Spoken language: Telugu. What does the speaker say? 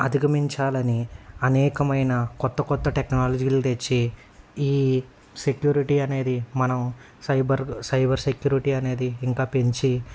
అధిగమించాలని అనేకమైన కొత్త కొత్త టెక్నాలజీలు తెచ్చి ఈ సెక్యూరిటీ అనేది మనం సైబర్ సైబర్ సెక్యూరిటీ అనేది ఇంకా పెంచి